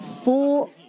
four